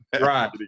right